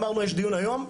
אמרנו יש דיון היום,